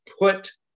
put